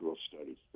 studies